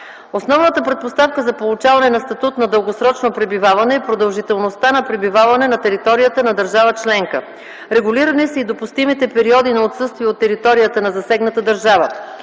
Основната предпоставка за получаване на статут на дългосрочно пребиваване е продължителността на пребиваване на територията на държава членка. Регулирани са и допустимите периоди на отсъствие от територията на засегната държава.